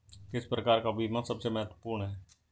किस प्रकार का बीमा सबसे महत्वपूर्ण है?